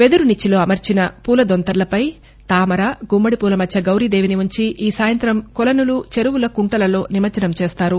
వెదురునిచ్చిలో అమర్చిన పూల దొంతర్లపై తామర గుమ్మడి పూల మధ్య గౌరీ దేవిని ఉంచి ఈ సాయంతం కొలనులు చెరువులు కుంటలలో నిమజ్జనం చేస్తారు